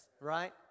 right